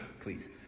please